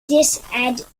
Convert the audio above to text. disadvantage